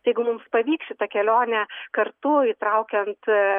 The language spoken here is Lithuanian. tai jeigu mums pavyks šita kelionė kartu įtraukiant